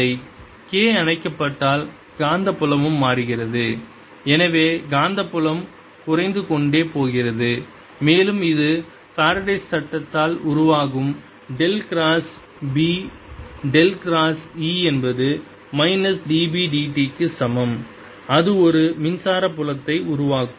K≅K0e RLt K அணைக்கப்பட்டால் காந்தப்புலமும் மாறுகிறது எனவே காந்தப்புலம் குறைந்து கொண்டே போகிறது மேலும் இது ஃபாரடேஸ் சட்டத்தால் உருவாகும் del cross B del cross E என்பது minus d B d t க்கு சமம் அது ஒரு மின்சார புலத்தை உருவாக்கும்